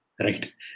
right